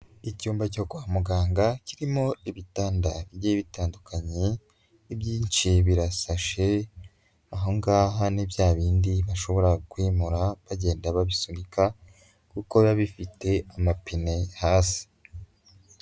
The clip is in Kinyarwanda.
Icyumba cyo kwa muganga kirimo ibitanda bigiye bitandukanye, ibyinshi birasashe, aha ngaha ni bya bindi bashobora kwimura bagenda babisunika kuko biba bifite amapine hasi.